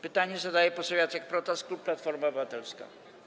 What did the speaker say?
Pytanie zadaje poseł Jacek Protas, klub Platforma Obywatelska.